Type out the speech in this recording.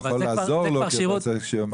אתה יכול לעזור כי אתה --- ברור,